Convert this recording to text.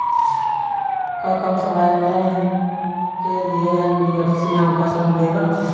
का कम समय के लिए एन.बी.एफ.सी हमको ऋण देगा?